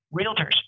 realtors